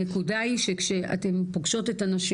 הנקודה היא שכשאתן פוגשות את הנשים,